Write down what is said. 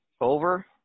over